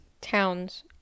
towns